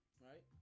right